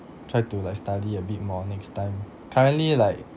try to like study a bit more next time currently like